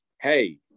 hey